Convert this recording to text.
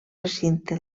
recinte